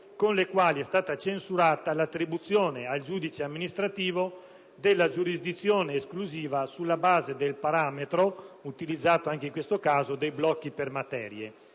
con le quali è stata censurata l'attribuzione al giudice amministrativo della giurisdizione esclusiva sulla base del parametro utilizzato anche in questo caso dei blocchi per materie.